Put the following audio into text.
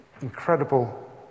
incredible